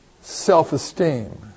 self-esteem